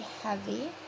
heavy